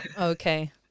okay